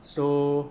so